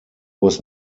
was